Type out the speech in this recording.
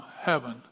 heaven